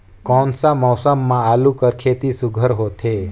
कोन सा मौसम म आलू कर खेती सुघ्घर होथे?